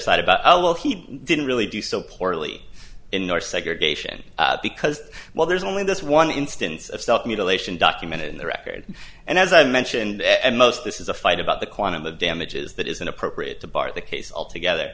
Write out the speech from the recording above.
side about how well he didn't really do so poorly in north segregation because well there's only this one instance of self mutilation documented in the record and as i mentioned and most of this is a fight about the quantum of damages that isn't appropriate to bar the case altogether